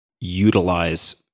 utilize